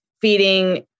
feeding